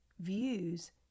views